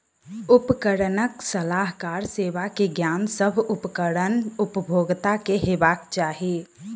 उपकरणक सलाहकार सेवा के ज्ञान, सभ उपकरण उपभोगता के हेबाक चाही